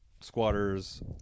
squatters